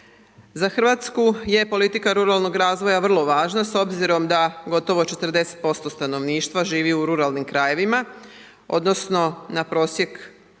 Za RH je politika ruralnog razvoja vrlo važna, s obzirom da gotovo 40% stanovništva živi u ruralnim krajevima odnosno na prosjek,